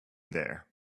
there